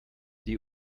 die